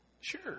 Sure